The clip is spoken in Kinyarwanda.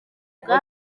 bwa